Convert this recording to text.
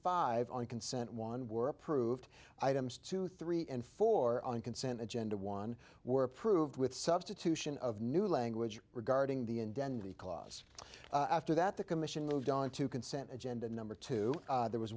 five on consent one were approved items two three and four on consent agenda one were approved with substitution of new language regarding the denby clause after that the commission moved on to consent agenda number two there was